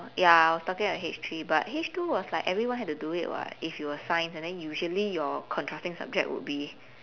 ya I was talking like H three but H two was like everyone have to do it [what] if you were science and usually your contrasting subject would be